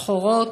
שחורות,